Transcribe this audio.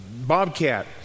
Bobcat